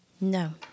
No